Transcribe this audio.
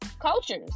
cultures